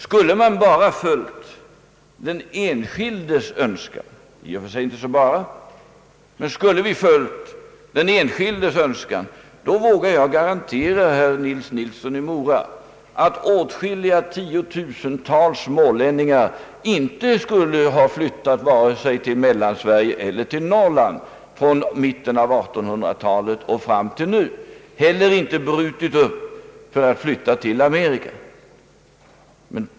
Skulle man bara följa den enskildes önskan — i och för sig inte så »bara» — vågar jag garantera, herr Nils Nilsson i Mora, att åtskilliga tiotusentals smålänningar inte skulle ha flyttat vare sig till Mellansverige eller till Norrland under tiden från mitten av 1800-talet och fram till nu, och inte heller brutit upp för att flytta till Amerika.